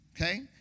okay